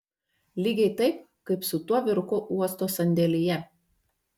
lygiai taip kaip su tuo vyruku uosto sandėlyje